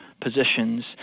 positions